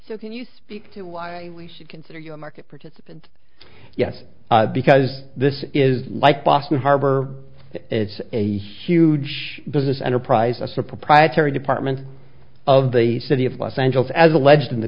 so can you speak to why we should consider your market participants yes because this is like boston harbor it's a huge business enterprise a proprietary department of the city of los angeles as alleged in